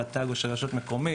רט"ג או של רשות מקומית.